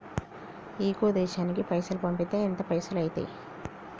ఇంకో దేశానికి పైసల్ పంపితే ఎంత పైసలు అయితయి?